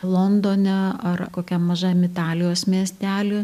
londone ar kokiam mažam italijos miestely